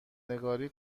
نگاری